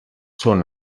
són